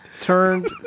turned